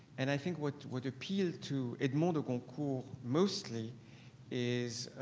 and i think what what appealed to edmond de goncourt mostly is,